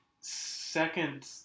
second